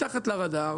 מתחת לרדאר,